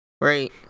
right